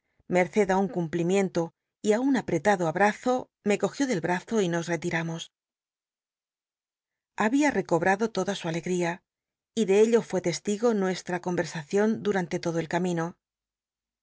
merced un cumplimiento y i un apretado abrazo me cogiú del brazo y nos retimmos babia recobrado toda su alegria y de ello fur testigo nuesha conversacion durante todo el camino